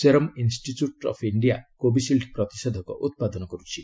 serum Institute of India Covishield ପ୍ରତିଷେଧକ ଉତ୍ପାଦନ କରୁଛି